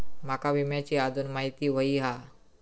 माका विम्याची आजून माहिती व्हयी हा?